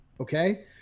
Okay